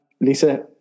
Lisa